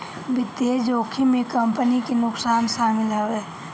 वित्तीय जोखिम में कंपनी के नुकसान शामिल हवे